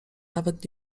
nawet